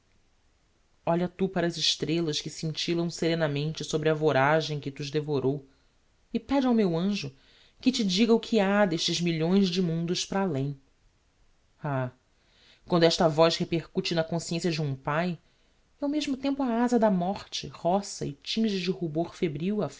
olha tu para as estrellas que scintillam serenamente sobre a voragem que t'os devorou e pede ao meu anjo que te diga o que ha d'estes milhões de mundos para além ah quando esta voz repercute na consciencia de um pai e ao mesmo tempo a aza da morte roça e tinge de rubor febril